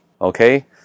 okay